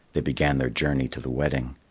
they began their journey to the wedding.